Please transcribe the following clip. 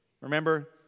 Remember